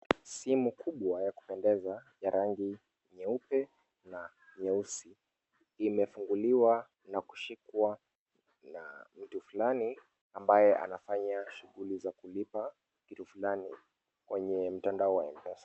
Simu kubwa ya kupendeza ya rangi nyeupe na nyeusi imefunguliwa na kushikwa na mtu fulani ambaye anafanya shughuli za kulipa kitu fulani kwenye mtandao m-pesa.